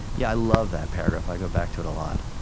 yeah, i love that paragraph. i go back to it a lot